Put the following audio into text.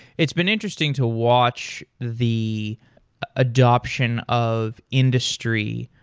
it's been interesting to watch the adoption of industry,